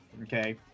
okay